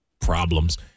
problems